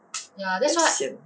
damn sian